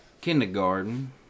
kindergarten